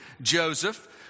joseph